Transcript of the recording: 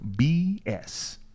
BS